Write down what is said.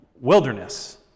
wilderness